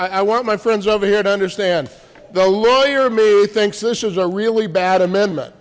i want my friends over here to understand the lawyer me he thinks this is a really bad amendment